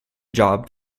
job